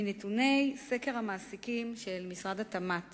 מנתוני סקר המעסיקים של משרד התמ"ת